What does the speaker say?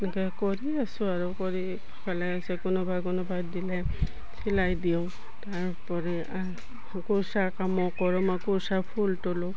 এনেকৈ কৰি আছোঁ আৰু কৰি ফালে আছে কোনোবা কোনোবাই দিলে চিলাই দিওঁ তাৰোপৰি কুৰ্চাৰ কামো কৰোঁ মই কুৰ্চা ফুল তোলোঁ